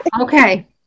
okay